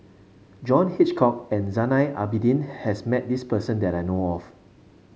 John Hitchcock and Zainal Abidin has met this person that I know of